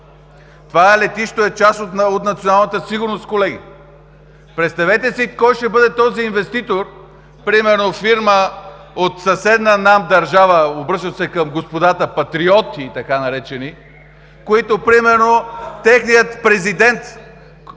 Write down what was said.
Второ, летището е част от националната сигурност, колеги. Представете си кой ще бъде този инвеститор, примерно фирма от съседна нам държава – обръщам се към господата патриоти, така наречени, примерно президентът